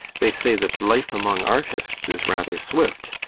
they say that life among artists is rather swift,